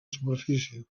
superfície